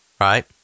Right